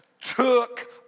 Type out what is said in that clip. took